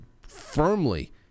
firmly